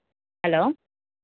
hello